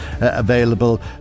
available